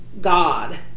God